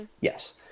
Yes